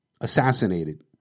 assassinated